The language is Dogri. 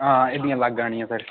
हां एहदियां अलग आह्नियां सर